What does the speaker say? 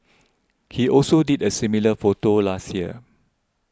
he also did a similar photo last year